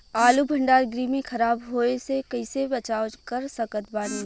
आलू भंडार गृह में खराब होवे से कइसे बचाव कर सकत बानी?